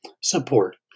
support